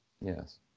Yes